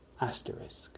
asterisk